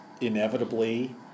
inevitably